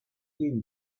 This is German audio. gegen